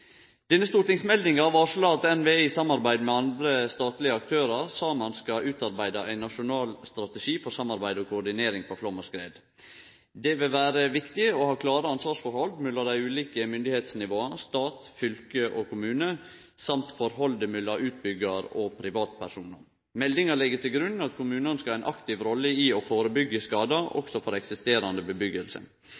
Denne stortingsmeldinga varslar at NVE i samarbeid med andre statlege aktørar skal utarbeide ein nasjonal strategi for samarbeid og koordinering når det gjeld flaum og skred. Det vil vere viktig å ha klare ansvarsforhold mellom dei ulike myndigheitsnivåa stat, fylke og kommune og mellom utbyggjar og privatpersonar. Meldinga legg til grunn at kommunane skal ha ei aktiv rolle i